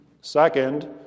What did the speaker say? Second